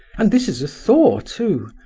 and this is a thaw, too.